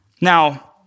Now